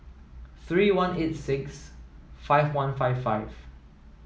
three one eight six five one five five